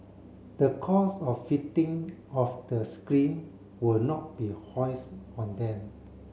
the cost of fitting of the screen will not be foist on them